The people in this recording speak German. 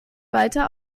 weiter